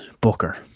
Booker